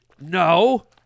No